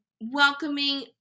welcoming